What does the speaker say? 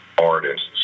artists